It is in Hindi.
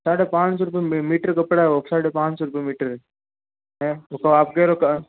साढ़े पांच सौ रुपये मीटर कपड़ा है वो साढ़े पांच सौ रुपये मीटर है और आप कह रहे हो